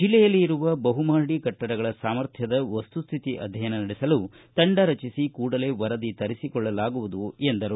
ಜಿಲ್ಲೆಯಲ್ಲಿ ಇರುವ ಬಹುಮಹಡಿ ಕಟ್ಟಡಗಳ ಸಾಮರ್ಥ್ಯದ ವಸ್ತುಸ್ತಿತಿ ಅಧ್ಯಯನ ನಡೆಸಲು ತಂಡ ರಚಿಸಿ ಕೂಡಲೇ ವರದಿ ತರಿಸಿಕೊಳ್ಳಲಾಗುವುದು ಎಂದರು